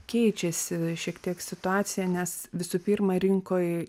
keičiasi šiek tiek situacija nes visų pirma rinkoj